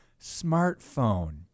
smartphone